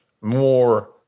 more